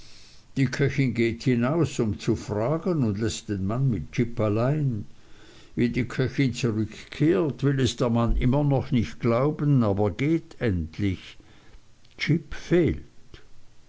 die köchin geht hinaus um zu fragen und läßt den mann mit jip allein wie die köchin zurückkehrt will es der mann immer noch nicht glauben aber geht endlich j fehlt